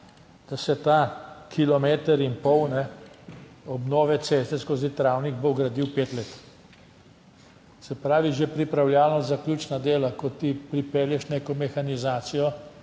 da se ta kilometer in pol obnove ceste skozi Travnik bo gradil pet let. Se pravi, že pripravljalno zaključna dela, ko ti pripelješ neko mehanizacijo,